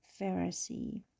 Pharisee